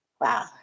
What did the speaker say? Wow